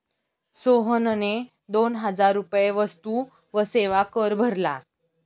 सोहनने दोन हजार रुपये वस्तू व सेवा कर भरला